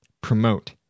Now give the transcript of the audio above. promote